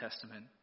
Testament